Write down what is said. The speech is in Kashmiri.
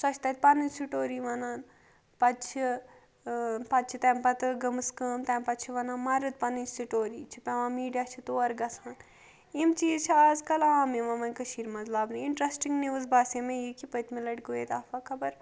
سۄ چھِ تَتہِ پَنٕنۍ سٹوری وَنان پَتہٕ چھِ پَتہٕ چھِ تَمہِ پَتہٕ گٔمٕژ کٲم تَمہِ پَتہٕ چھِ وَنان مَرٕد پَنٕنۍ سٹوری چھِ پیٚوان میٖڈیا چھِ تور گژھان یِم چیٖز چھِ آز کَل عام یِوان وۄنۍ کٔشیٖر مَنٛز لَبنہٕ اِنٹرسٹِنٛگ نِوز باسے مےٚ یہِ کہِ پٔتمہِ لَٹہِ گوٚو یتہِ آفا خبر